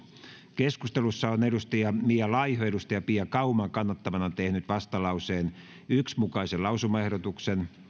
keskustelussa on mia laiho pia kauman kannattamana tehnyt vastalauseen yhden mukaisen lausumaehdotuksen